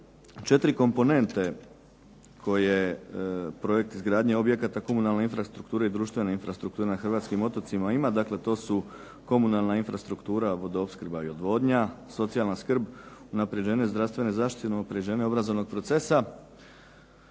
se tiče 4 komponente koje projekti izgradnje objekata komunalne infrastrukture i društvene infrastrukture na hrvatskim otocima ima. Dakle, to su komunalna infrastruktura, vodoopskrba i odvodnja, socijalna skrb, unapređenje zdravstvene zaštite, unapređenje obrazovnog procesa.